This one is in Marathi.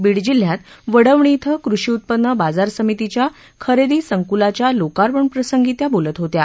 बीड जिल्ह्यात वडवणी इथं कृषी उत्पन्न बाजार समितीच्या खरेदी संकूलाच्या लोकार्पण प्रसंगी त्या बोलत होत्या